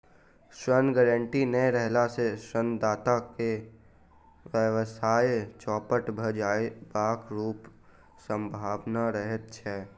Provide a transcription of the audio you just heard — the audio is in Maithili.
ऋण गारंटी नै रहला सॅ ऋणदाताक व्यवसाय चौपट भ जयबाक पूरा सम्भावना रहैत छै